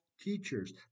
teachers